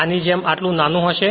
આની જેમ આટલું નાનું હશે